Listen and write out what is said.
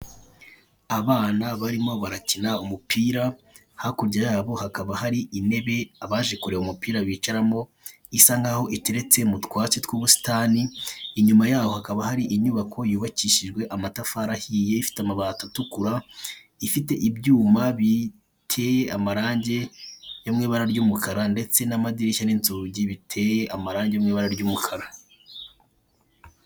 Abana biri gukina umupira, ha kurya yabo hakaba hari intebe abaje kureba umupira bicaramo. lsanaho iteretse mu byatsi by'ubusitani. lnyuma yaho hakaba hari inyubako, yubakishijwe amatafari ahiye, ifite abati atukura, ifite ibyuma biteye amaragi ry'ibara ry'umukara. Ndetse n' amadirisha n'inzugi biteye iregi ry'umukara.